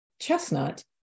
chestnut